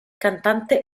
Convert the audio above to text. cantante